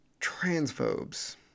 transphobes